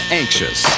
anxious